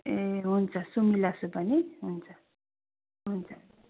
ए हुन्छ सुमिला सुब्बा नि हुन्छ हुन्छ